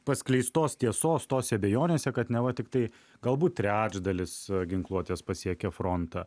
paskleistos tiesos tose abejonėse kad neva tiktai galbūt trečdalis ginkluotės pasiekia frontą